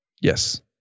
Yes